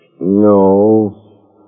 No